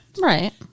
Right